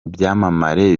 byamamare